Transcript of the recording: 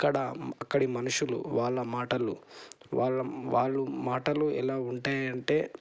అక్కడ అక్కడి మనుషులు వాళ్ళ మాటలు వాళ్ళ వాళ్ళు మాటలు ఎలా ఉంటాయంటే